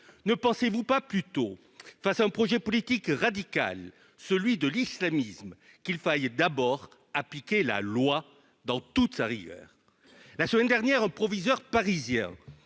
ne pensez-vous pas plutôt face à un projet politique radical, celui de l'islamisme qu'il faille et d'abord appliquer la loi dans toute sa rigueur, la semaine dernière, proviseur parisien